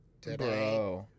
today